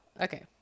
Okay